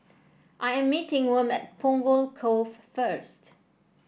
I am meeting Wm at Punggol Cove first